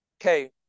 okay